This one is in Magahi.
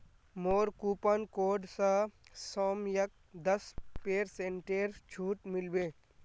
मोर कूपन कोड स सौम्यक दस पेरसेंटेर छूट मिल बे